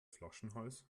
flaschenhals